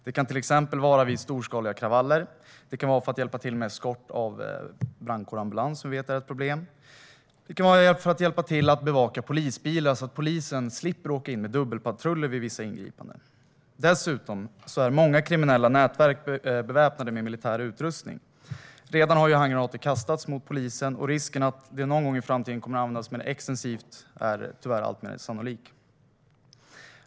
Det kan till exempel vara vid storskaliga kravaller, för att hjälpa till vid skott mot brandkår och ambulans - vilket vi vet är ett problem - eller för att hjälpa till att bevaka polisbilar så att polisen slipper åka in med dubbelpatruller vid vissa ingripanden. Dessutom är många kriminella nätverk beväpnade med militär utrustning. Handgranater har ju redan kastats mot polisen, och risken att de någon gång i framtiden kommer att användas mer extensivt är tyvärr alltmer sannolik.